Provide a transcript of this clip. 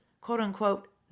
quote-unquote